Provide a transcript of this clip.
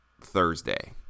Thursday